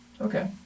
Okay